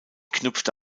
knüpfte